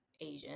Asian